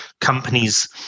companies